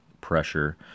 pressure